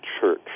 church